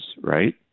Right